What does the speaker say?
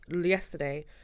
yesterday